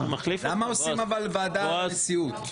למה עושים אבל נשיאות על הוועדה?